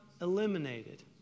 eliminated